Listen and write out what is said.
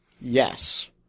Yes